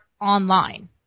online